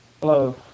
Hello